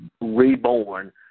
reborn